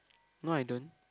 no I don't